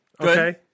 Okay